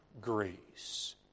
grace